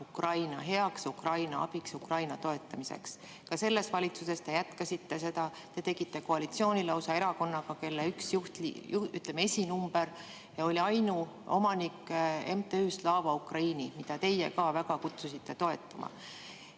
heaks, Ukraina abiks, Ukraina toetamiseks. Ka selles valitsuses te jätkasite seda, te tegite lausa koalitsiooni erakonnaga, kelle üks esinumber oli ainuomanik MTÜ-s Slava Ukraini, mida ka teie väga kutsusite toetama.